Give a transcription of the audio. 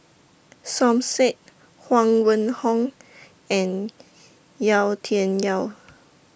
Som Said Huang Wenhong and Yau Tian Yau